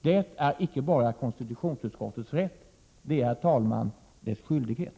Det är icke bara konstitutionsutskottets rätt utan det är, herr talman, också dess skyldighet.